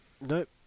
Nope